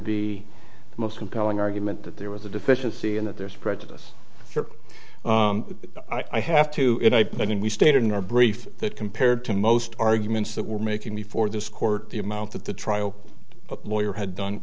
the most compelling argument that there was a deficiency in that there's a prejudice for i have to it i mean we stated in our brief that compared to most arguments that we're making before this court the amount that the trial lawyer had done